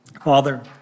Father